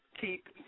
keep